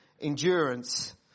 endurance